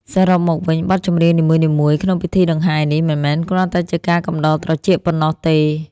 សរុបមកវិញ បទចម្រៀងនីមួយៗក្នុងពិធីដង្ហែនេះ មិនមែនគ្រាន់តែជាការកំដរត្រចៀកប៉ុណ្ណោះទេ